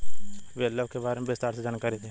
BLF के बारे में विस्तार से जानकारी दी?